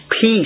peace